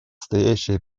стоящая